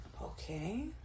Okay